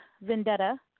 Vendetta